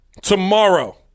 Tomorrow